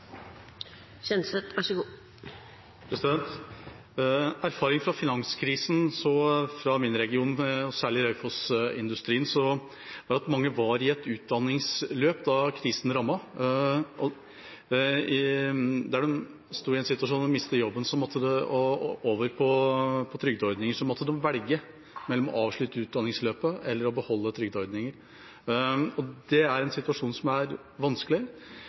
fra finanskrisen, fra min region og særlig Raufoss-industrien, var at mange var i et utdanningsløp da krisen rammet – der de sto i en situasjon hvor de mistet jobben og måtte over på trygdeordninger, måtte de velge mellom å avslutte utdanningsløpet eller å beholde trygdeordningen. Det er en situasjon som er vanskelig.